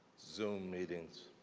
zoom meetings.